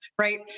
right